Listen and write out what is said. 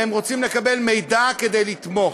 והם רוצים לקבל מידע כדי לתמוך.